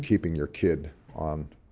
keeping your kid on